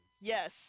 yes